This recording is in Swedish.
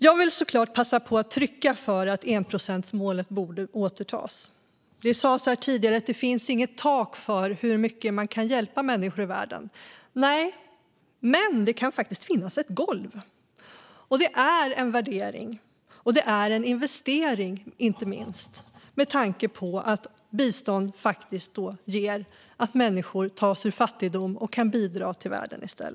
Jag vill såklart passa på att trycka på att enprocentsmålet borde återinföras. Det sades här tidigare att det inte finns något tak för hur mycket man kan hjälpa människor i världen. Nej - men det kan faktiskt finnas ett golv. Det är en värdering, och det är inte minst en investering, med tanke på att bistånd faktiskt gör att människor tar sig ur fattigdom och i stället kan bidra till världen.